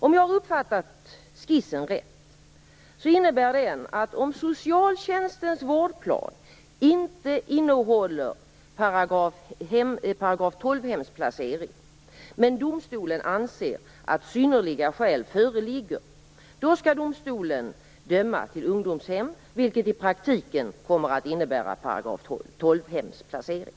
Om jag har uppfattat skissen rätt innebär den att om socialtjänstens vårdplan inte innehåller § 12 hemsplacering men domstolen anser att synnerliga skäl föreligger, skall domstolen döma till ungdomshem, vilket i praktiken kommer att innebära § 12 hemsplacering.